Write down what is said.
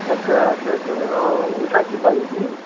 अच्छा अच्छा अच्छा अँ उषा कि बजाज नि